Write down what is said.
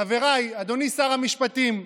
חבריי, אדוני שר המשפטים,